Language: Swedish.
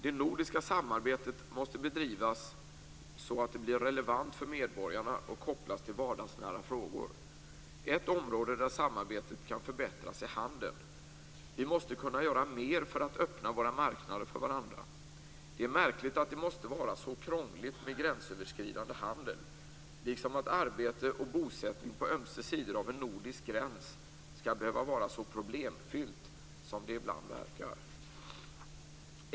Det nordiska samarbetet måste bedrivas så att det blir relevant för medborgarna och kopplas till vardagsnära frågor. Ett område där samarbetet kan förbättras är handeln. Vi måste kunna göra mer för att öppna våra marknader för varandra. Det är märkligt att det måste vara så krångligt med gränsöverskridande handel liksom att arbete och bosättning på ömse sidor av en nordisk gräns skall behöva vara så problemfyllt som det ibland verkar.